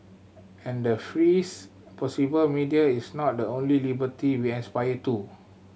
and the freest possible media is not the only liberty we aspire to